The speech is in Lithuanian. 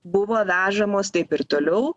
buvo vežamos taip ir toliau